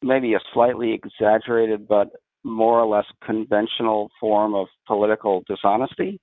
maybe a slightly exaggerated, but more or less conventional form of political dishonesty.